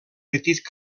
petit